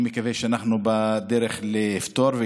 אני מקווה שאנחנו בדרך לפתרון.